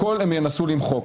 הכול הם ינסו למחוק,